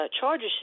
charges